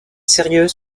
sérieux